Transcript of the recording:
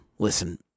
Listen